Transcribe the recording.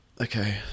Okay